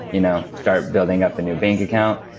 you know start building up a new bank account,